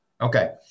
Okay